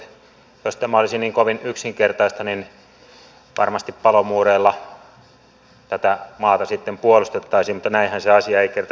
jos tämä olisi niin kovin yksinkertaista niin varmasti palomuureilla tätä maata sitten puolustettaisiin mutta näinhän se asia ei kerta kaikkiaan ole